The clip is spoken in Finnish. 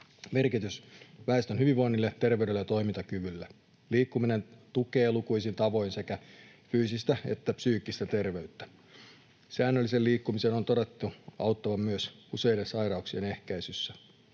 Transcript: merkitys väestön hyvinvoinnille, terveydelle ja toimintakyvylle. Liikkuminen tukee lukuisin tavoin sekä fyysistä että psyykkistä terveyttä. Säännöllisen liikkumisen on todettu auttavan myös useiden sairauksien ehkäisyssä.